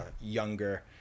younger